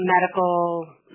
medical